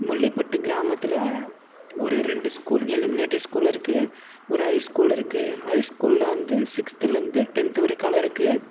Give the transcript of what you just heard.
முள்ளிப்பட்டு கிராமத்தில் ஒரு ரெண்டு ஸ்கூல் எலிமினேட்டி ஸ்கூல் இருக்குது ஒரு ஹை ஸ்கூல் இருக்குது ஹை ஸ்கூலில் வந்து சிக்ஸ்த்துலேருந்து டென்த்து வரைக்காலும் இருக்குது